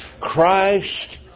Christ